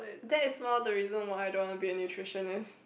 that's more the reason why I don't want to be a nutritionist